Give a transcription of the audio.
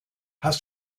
hast